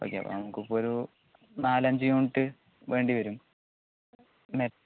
okay നമുക്ക് ഇപ്പോൾ ഒരു നാലഞ്ച് യൂണിറ്റ് വേണ്ടിവരും